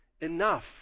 Enough